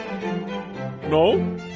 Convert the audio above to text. No